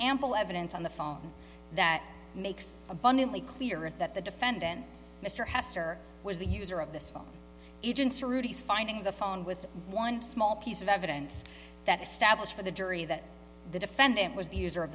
ample evidence on the phone that makes abundantly clear is that the defendant mr hester was the user of this phone agents or rudy's finding the phone was one small piece of evidence that established for the jury that the defendant was